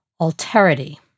alterity